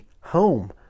home